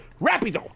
rapido